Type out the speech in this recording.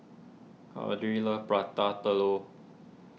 Claudette loves Prata Telur